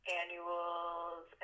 annuals